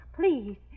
Please